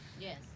Yes